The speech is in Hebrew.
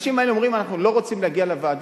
האנשים האלה אומרים: אנחנו לא רוצים להגיע לוועדה,